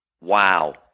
wow